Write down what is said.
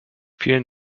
vielen